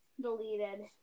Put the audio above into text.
deleted